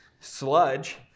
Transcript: sludge